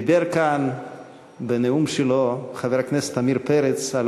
דיבר כאן בנאום שלו חבר הכנסת עמיר פרץ על